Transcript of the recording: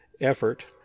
effort